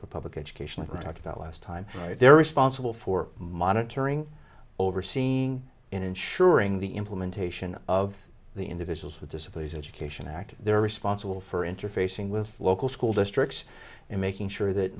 public education were talked about last time they're responsible for monitoring overseeing ensuring the implementation of the individuals with disabilities education act they're responsible for interfacing with local school districts and making sure that